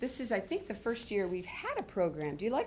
this is i think the first year we've had a program do you like